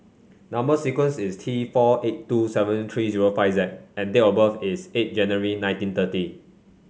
number sequence is T four eight two seven three zero five Z and date of birth is eight January nineteen thirty